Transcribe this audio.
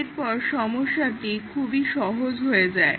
এরপর সমস্যাটি খুবই সহজ হয়ে যায়